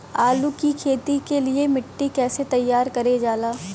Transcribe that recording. आलू की खेती के लिए मिट्टी कैसे तैयार करें जाला?